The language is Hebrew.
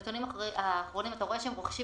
שלפי הנתונים האחרונים אתה רואה שהם רוכשים